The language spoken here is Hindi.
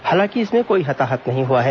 हालांकि इसमें कोई हताहत नहीं हुआ है